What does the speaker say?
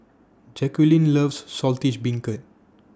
Jacquline loves Saltish Beancurd